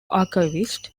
archivists